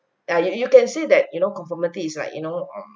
uh you you can say that you know conformity is like you know um